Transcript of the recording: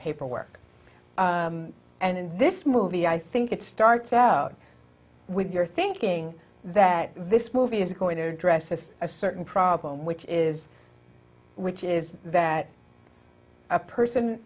paperwork and in this movie i think it starts out with you're thinking that this movie is going to address this a certain problem which is which is that a person